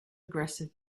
aggressive